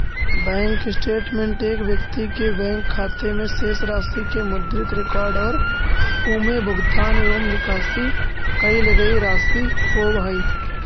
bank statement एक व्यक्ति के बैंक खाते में शेष राशि के मुद्रित रिकॉर्ड और उमें भुगतान एवं निकाशी कईल गई राशि होव हइ